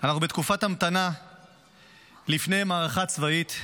בתקופת המתנה לפני מערכה צבאית,